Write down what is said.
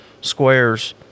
squares